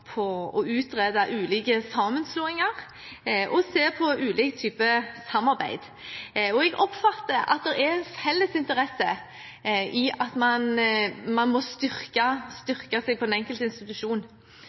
på å utrede ulike sammenslåinger og med tanke på å se på ulike typer samarbeid. Jeg oppfatter det slik at det er en felles interesse for at den enkelte institusjon